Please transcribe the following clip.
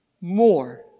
more